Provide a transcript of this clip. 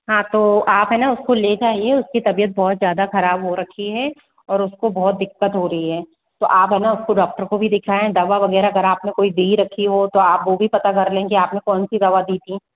हाँ तो आप है ना उसको ले जाइए उसकी तबियत बहुत ज़्यादा खराब हो रखी है और उसको बहुत दिक्कत हो रही है तो आप है ना उसको डॉक्टर को भी दिखाए दवा वगैरह करा आपने कोई दे रखी हो तो आप वो भी पता कर लेंगे आपने कौन सी दवा दी थी